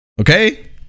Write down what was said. Okay